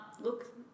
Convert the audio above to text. look